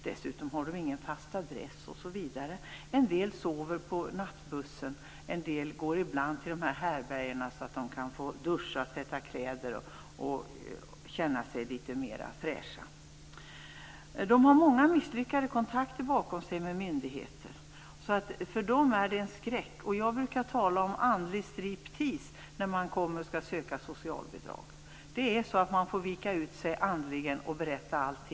Dessutom har de ingen fast adress osv. En del sover på nattbussen. En del går ibland till härbärgena där de kan få duscha, tvätta kläder och känna sig litet fräscha. De har många misslyckade kontakter med myndigheter bakom sig. Jag brukar tala om andlig striptease när man kommer och skall söka socialbidrag. Man får vika ut sig andligen och berätta allt.